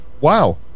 wow